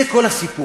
זה כל הסיפור.